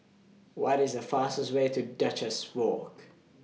What IS The fastest Way to Duchess Walk